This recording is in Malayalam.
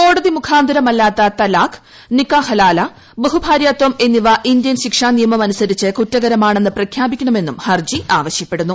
കോടതി മുഖാന്തിരമല്ലാത്ത തലാഖ് നിക്കാഹ് ഹലാല ബഹുഭാര്യാത്ഥം എന്നിവ ഇന്തൃൻ ശിക്ഷ നിയമം അനുസരിച്ച് കുറ്റകരമാണെന്ന് പ്രഖ്യാപിക്കണമെന്നും ഹർജി ആവശ്യപ്പെടുന്നു